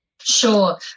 Sure